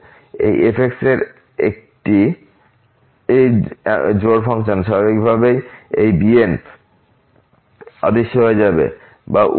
এই f এর একটি এমনকি ফাংশন স্বাভাবিকভাবেই এই bn অদৃশ্য হয়ে যাবে বা উল্টো